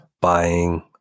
buying